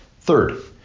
Third